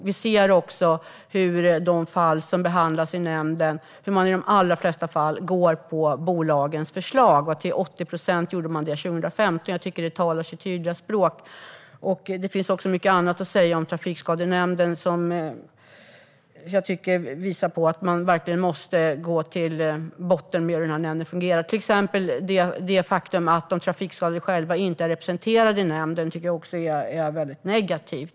Vi ser också hur man i de allra flesta fall som behandlas i nämnden följer bolagens linje. År 2015 gjorde man detta i 80 procent av fallen, vilket jag tycker talar sitt tydliga språk. Det finns också mycket annat att säga om Trafikskadenämnden som jag tycker visar på att man måste gå till botten med hur den fungerar. Ett exempel är det faktum att de trafikskadade själva inte är representerade i nämnden, vilket jag tycker är väldigt negativt.